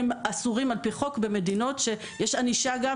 הם אסורים על פי חוק במדינות אחרות ויש ענישה על כך,